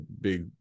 big